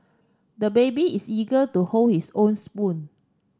the baby is eager to hold his own spoon